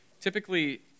Typically